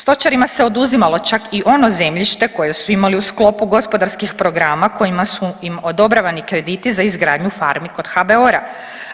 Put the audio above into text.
Stočarima se oduzimalo čak i ono zemljište koje su imali u sklopu gospodarskih programa kojima su im odobravani krediti za izgradnju farmi kod HBOR-a.